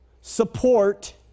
support